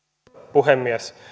puhemies